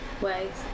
ways